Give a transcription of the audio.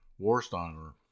Warsteiner